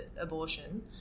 abortion